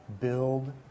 build